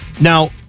Now